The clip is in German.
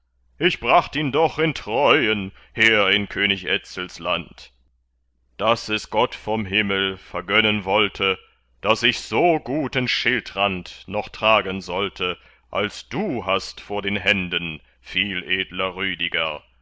ich bracht ihn doch in treuen her in könig etzels land daß es gott vom himmel vergönnen wollte daß ich so guten schildrand noch tragen sollte als du hast vor den händen viel edler rüdiger